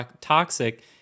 toxic